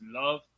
love